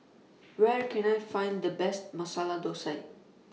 Where Can I Find The Best Masala Thosai